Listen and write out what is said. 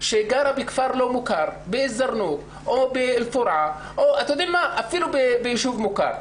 שגרה בכפר לא מוכר בזרנוב או באל פורעה או אפילו בישוב מוכר,